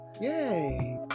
Yay